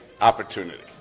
opportunity